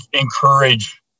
encourage